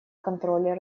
контроле